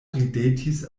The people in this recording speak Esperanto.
ridetis